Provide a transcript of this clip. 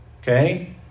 Okay